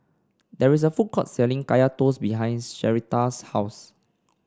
there is a food court selling Kaya Toast behind Sherita's house